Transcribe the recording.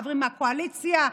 החברים מהקואליציה,